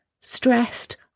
stressed